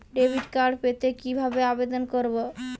Debit card পেতে কিভাবে আবেদন করব?